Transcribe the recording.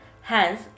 hence